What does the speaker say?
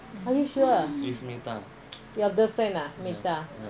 are you sure your girlfriend ah matar